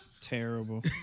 Terrible